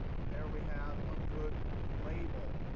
and there we have a good ah label.